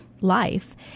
life